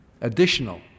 additional